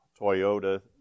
Toyota